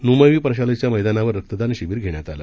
न्मवीप्रशालेच्यामैदानावररक्तदानशिबिरघेण्यातआलं